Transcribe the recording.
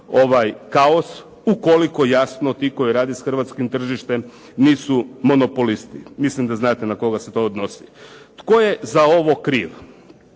ovaj kaos, ukoliko jasno ti koji rade s hrvatskim tržištem nisu monopolisti. Mislim da znate na koga se to odnosi. Tko je za ovo kriv?